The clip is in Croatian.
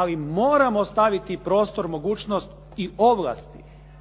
ali moramo ostaviti prostor mogućnost i ovlasti